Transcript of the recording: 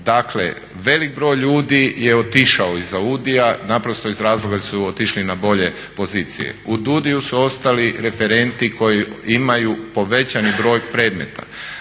Dakle, velik broj ljudi je otišao iz AUDI-a naprosto iz razloga jer su otišli na bolje pozicije. U DUUDI-u su ostali referenti koji imaju povećani broj predmeta.